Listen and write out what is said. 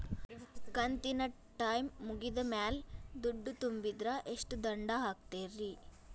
ಕಂತಿನ ಟೈಮ್ ಮುಗಿದ ಮ್ಯಾಲ್ ದುಡ್ಡು ತುಂಬಿದ್ರ, ಎಷ್ಟ ದಂಡ ಹಾಕ್ತೇರಿ?